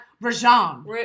Rajon